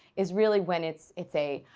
is really when it's it's a,